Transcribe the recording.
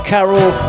Carol